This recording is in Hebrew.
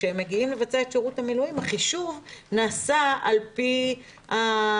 כשהם מגיעים לבצע את שירות המילואים החישוב נעשה על פי מה